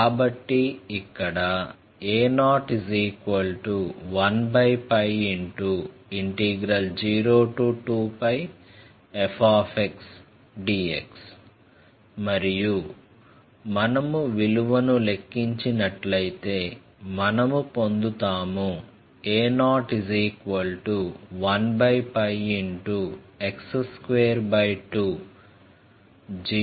కాబట్టి ఇక్కడ a0102πfdx మరియు మనము విలువను లెక్కించినట్లయితే మనము పొందుతాము a01x2202π2π